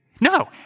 No